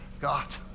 God